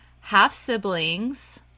half-siblings